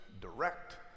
direct